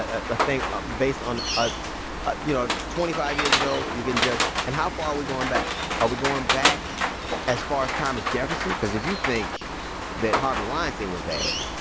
ah ah ah based on a you know, twenty five years ago, you can judge and how far are we going back? are we going back as far as thomas jefferson? because if you think that harvey weinstein was bad.